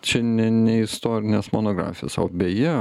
čia ne ne istorinės monografijos o beje